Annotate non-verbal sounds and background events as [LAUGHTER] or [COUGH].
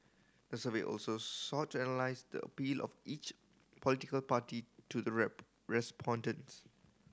the survey also sought to analyse the appeal of each political party to the [UNINTELLIGIBLE] respondents